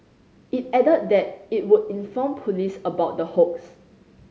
it added that it would inform police about the hoax